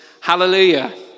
hallelujah